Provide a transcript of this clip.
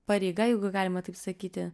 pareiga jeigu galima taip sakyti